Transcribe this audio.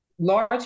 Large